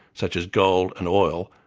such as gold and oil,